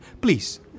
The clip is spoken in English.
Please